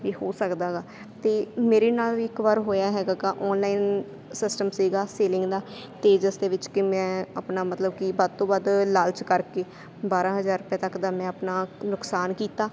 ਇਹ ਹੋ ਸਕਦਾ ਗਾ ਅਤੇ ਮੇਰੇ ਨਾਲ ਵੀ ਇੱਕ ਵਾਰ ਹੋਇਆ ਹੈਗਾ ਗਾ ਆਨਲਾਈਨ ਸਿਸਟਮ ਸੀਗਾ ਸੇਲਿੰਗ ਦਾ ਤੇਜਸ ਦੇ ਵਿੱਚ ਕਿ ਮੈਂ ਆਪਣਾ ਮਤਲਬ ਕਿ ਵੱਧ ਤੋਂ ਵੱਧ ਲਾਲਚ ਕਰਕੇ ਬਾਰ੍ਹਾਂ ਹਜ਼ਾਰ ਰੁਪਏ ਤੱਕ ਦਾ ਮੈਂ ਆਪਣਾ ਨੁਕਸਾਨ ਕੀਤਾ